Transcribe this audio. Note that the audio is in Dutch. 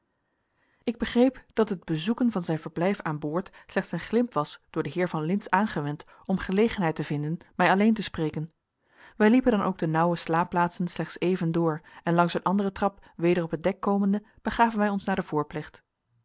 ik begreep dat het bezoeken van zijn verblijf aan boord slechts een glimp was door den heer van lintz aangewend om gelegenheid te vinden mij alleen te spreken wij liepen dan ook de nauwe slaapplaatsen slechts even door en langs een andere trap weder op het dek komende begaven wij ons naar de